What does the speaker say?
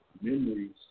memories